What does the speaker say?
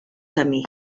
camí